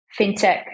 fintech